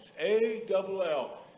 A-double-L